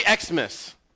Xmas